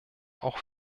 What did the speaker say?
auch